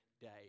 day